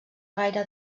gaire